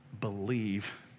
believe